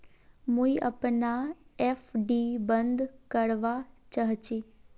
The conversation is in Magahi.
मुई अपना एफ.डी बंद करवा चहची